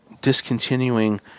Discontinuing